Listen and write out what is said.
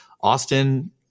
Austin